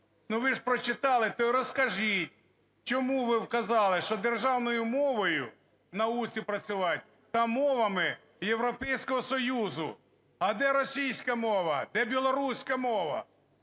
Ну, ви ж прочитали, то розкажіть, чому ви вказали, що державною мовою в науці працювати та мовами Європейського Союзу. А де російська мова? Де білоруська мова?